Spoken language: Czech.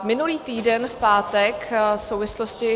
Minulý týden v pátek v souvislosti...